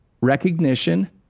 Recognition